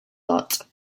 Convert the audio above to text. lot